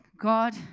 God